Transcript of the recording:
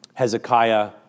Hezekiah